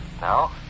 No